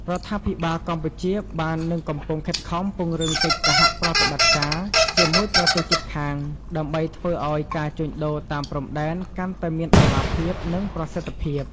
រដ្ឋាភិបាលកម្ពុជាបាននិងកំពុងខិតខំ ពង្រឹងកិច្ចសហប្រតិបត្តិការ ជាមួយប្រទេសជិតខាង ដើម្បីធ្វើឱ្យការជួញដូរតាមព្រំដែនកាន់តែមានតម្លាភាព និងប្រសិទ្ធភាព។